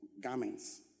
garments